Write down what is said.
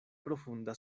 profunda